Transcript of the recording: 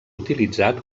utilitzat